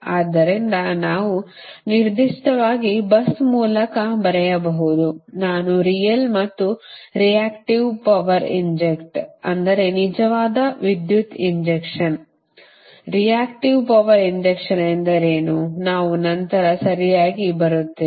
ಆದ್ದರಿಂದ ನಾವು ನಿರ್ದಿಷ್ಟವಾಗಿ bus ಮೂಲಕ ಬರೆಯಬಹುದು ನಾನು ರಿಯಲ್ ಮತ್ತು ರಿಯಾಕ್ಟಿವ್ ಪವರ್ ಇಂಜೆಕ್ಟ್ ಅಂದರೆ ನಿಜವಾದ ವಿದ್ಯುತ್ ಇಂಜೆಕ್ಷನ್ ರಿಯಾಕ್ಟಿವ್ ಪವರ್ ಇಂಜೆಕ್ಷನ್ ಎಂದರೇನು ನಾವು ನಂತರ ಸರಿಯಾಗಿ ಬರುತ್ತೇವೆ